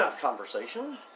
conversation